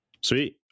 Sweet